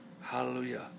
Hallelujah